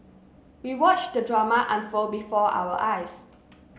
we watched the drama unfold before our eyes